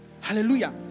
Hallelujah